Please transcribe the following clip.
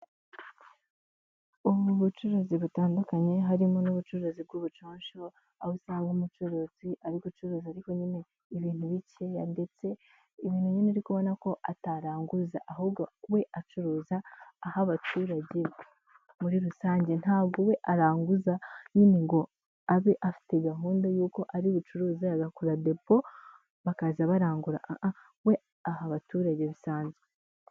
Ubu ni ubucuruzi butandukanye harimo n'ubucuruzi bw'ubuconsho, aho usanga umucuruzi ari gucuruza ariko nyine ibintu bikeya ndetse ibintu uri kubona ko nyine ataranguza, ahubwo we acuruza aha abaturage muri rusange ntabwo we aranguza nyine ngo abe afite gahunda y'uko ari bucuruze agakora depo bakaza barangura, we aha abaturage bisanzwe.